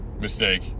mistake